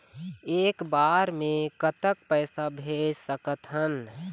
एक बार मे कतक पैसा भेज सकत हन?